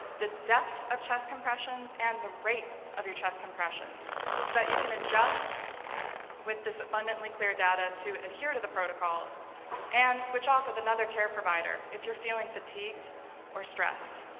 the depth of chest compressions and the rate of your chest compressions so that you can adjust with this abundantly clear data to adhere to the protocols and switch off with another care provider if you're feeling fatigued or stressed.